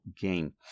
game